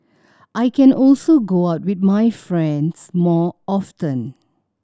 I can also go out with my friends more often